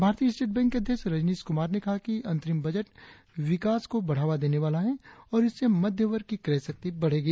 भारतीय state bank के अध्यक्ष रजनीश कुमार ने कहा कि अंतरिम बजट विकास को बढ़ावा देने वाला है और इससे मध्यवर्ग की क्रयशक्ति बढ़ेगी